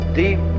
deep